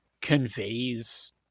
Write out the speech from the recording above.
conveys